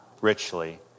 richly